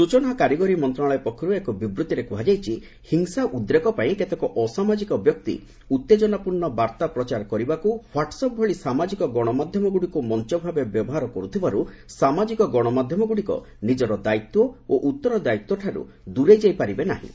ସୂଚନା ଓ କାରିଗରୀ ମନ୍ତ୍ରଣାଳୟ ପକ୍ଷରୁ ଏକ ବିବୃତ୍ତିରେ କୁହାଯାଇଛି ହିଂସା ଉଦ୍ରେକ ପାଇଁ କେତେକ ଅସାମାଜିକ ବ୍ୟକ୍ତି ଉତ୍ତେଜନାପୂର୍ଣ୍ଣ ବାର୍ତ୍ତା ପ୍ରଚାର କରିବାକୁ ହ୍ୱାଟ୍ସ୍ଅପ୍ ଭଳି ଗଣମାଧ୍ୟମକୁ ମଞ୍ଚ ଭାବେ ବ୍ୟବହାର କରୁଥିବାରୁ ସାମାଜିକ ଗଣମାଧ୍ୟମଗୁଡ଼ିକ ନିଜର ଦାୟିତ୍ୱ ଓ ଉତ୍ତରଦାୟିତାଠାରୁ ଦୂରେଇଯାଇ ପାରିବେ ନାହିଁ